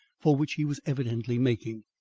for which he was evidently making.